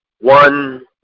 One